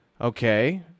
Okay